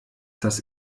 das